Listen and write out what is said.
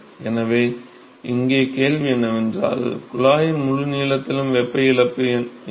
எனவே இங்கே கேள்வி என்னவென்றால் குழாயின் முழு நீளத்திலும் வெப்ப இழப்பு என்ன